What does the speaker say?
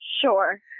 Sure